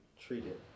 treated